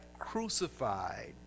crucified